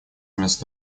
вместо